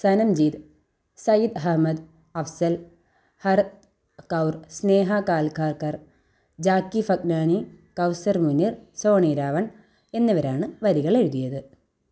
സനംജീത് സയ്യിദ് അഹ്മദ് അഫ്സൽ ഹറ് കൗർ സ്നേഹ ഖാല്കാൽക്കർ ജാക്കി ഫഗ്നാനി കൗസർ മുനീർ സോണി രാവൺ എന്നിവരാണ് വരികൾ എഴുതിയത്